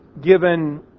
given